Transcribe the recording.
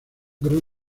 gran